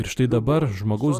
ir štai dabar žmogaus